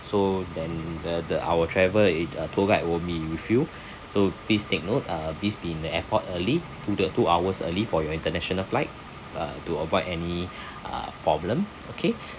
so then the the our travel ag~ uh tour guide will be with you so please take note uh please be in the airport early to the two hours early for your international flight uh to avoid any uh problem okay